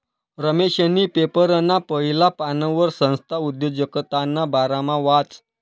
रमेशनी पेपरना पहिला पानवर संस्था उद्योजकताना बारामा वाचं